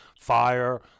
fire